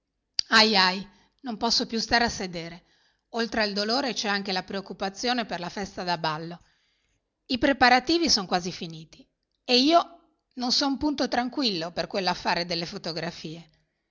non posso più stare a sedere oltre al dolore c'è anche la preoccupazione per la festa da ballo i preparativi son quasi finiti e io non son punto tranquillo per quellaffare delle fotografie